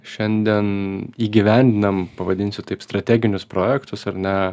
šiandien įgyvendinam pavadinsiu taip strateginius projektus ar ne